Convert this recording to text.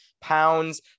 pounds